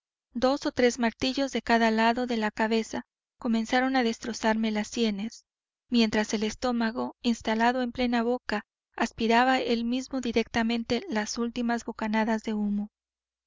dos o tres martillos de cada lado de la cabeza comenzaron a destrozarme las sienes mientras el estómago instalado en plena boca aspiraba él mismo directamente las últimas bocanadas de humo